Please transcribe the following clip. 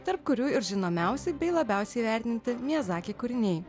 tarp kurių ir žinomiausi bei labiausiai įvertinti miazaki kūriniai